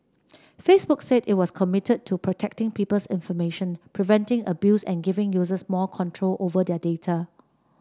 Facebook said it was committed to protecting people's information preventing abuse and giving users more control over their data